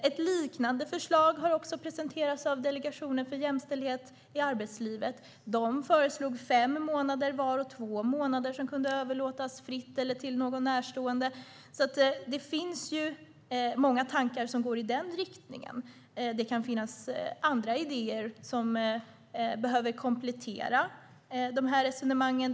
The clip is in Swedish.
Ett liknande förslag har också presenterats av Delegationen för jämställdhet i arbetslivet. De förslog fem månader var åt vårdnadshavarna och två månader som kunde överlåtas fritt eller till någon närstående. Det finns alltså många tankar som går i den riktningen. Det kan finnas andra idéer som behöver komplettera de här resonemangen.